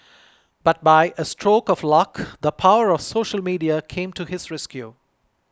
but by a stroke of luck the power of social media came to his rescue